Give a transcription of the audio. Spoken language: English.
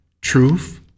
truth